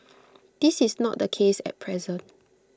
this is not the case at present